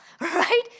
Right